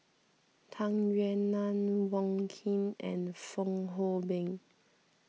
Tung Yue Nang Wong Keen and Fong Hoe Beng